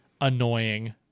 annoying